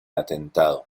atentado